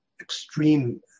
extreme